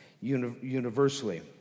universally